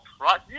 right